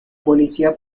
policía